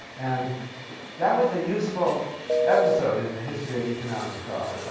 and that was a useful episode in the history of economic thought.